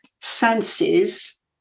senses